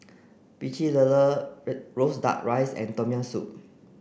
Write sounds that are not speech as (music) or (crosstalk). Pecel Lele (unintelligible) roasted duck rice and tom yam soup